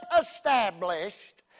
established